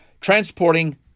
transporting